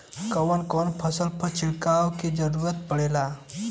कवन कवन फसल पर छिड़काव के जरूरत पड़ेला?